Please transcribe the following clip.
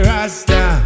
Rasta